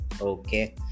Okay